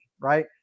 right